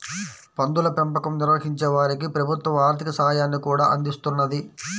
పందుల పెంపకం నిర్వహించే వారికి ప్రభుత్వం ఆర్ధిక సాయాన్ని కూడా అందిస్తున్నది